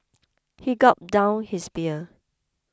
he gulped down his beer